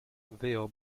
wyjął